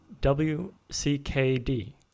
W-C-K-D